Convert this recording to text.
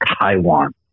Taiwan